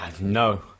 no